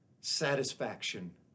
satisfaction